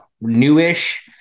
newish